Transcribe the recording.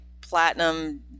platinum